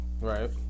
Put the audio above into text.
Right